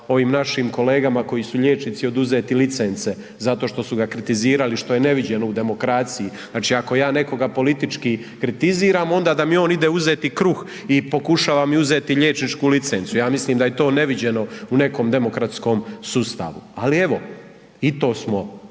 ovim našim kolegama koji su liječnici, oduzeti licence zato što su ga kritizirali, što je neviđeno u demokraciji, znači ako ja nekoga politički kritiziram onda da mi on ide uzeti kruh i pokušava mi uzeti liječničku licencu, ja mislim da je to neviđeno u nekom demokratskom sustavu, ali evo i to smo ovaj